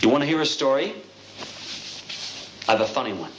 you want to hear a story of a funny one